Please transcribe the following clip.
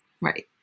Right